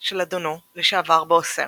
של אדונו לשעבר באוסר.